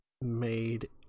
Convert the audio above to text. made